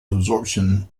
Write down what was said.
absorption